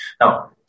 Now